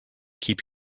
keep